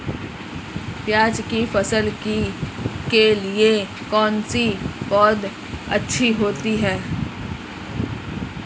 प्याज़ की फसल के लिए कौनसी पौद अच्छी होती है?